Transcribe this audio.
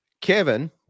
Kevin